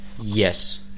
Yes